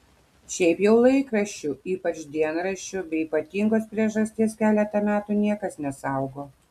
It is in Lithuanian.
šiaip jau laikraščių ypač dienraščių be ypatingos priežasties keletą metų niekas nesaugo